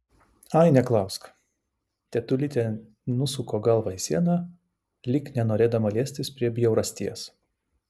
ai neklausk tetulytė nusuko galvą į sieną lyg nenorėdama liestis prie bjaurasties